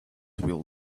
will